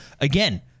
Again